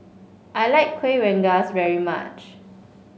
I like Kuih Rengas very much